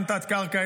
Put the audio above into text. אין תת-קרקע,